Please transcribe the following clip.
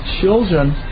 children